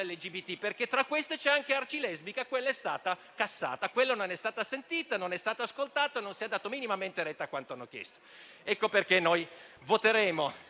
LGBT, perché tra queste c'è anche Arcilesbica, che però è stata cassata, non è stata sentita, non è stata ascoltata e non si è dato minimamente retta a quanto ha chiesto. Ecco perché voteremo